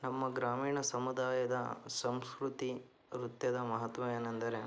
ನಮ್ಮ ಗ್ರಾಮೀಣ ಸಮುದಾಯದ ಸಂಸ್ಕೃತಿ ವೃತ್ಯದ ಮಹತ್ವ ಏನಂದರೆ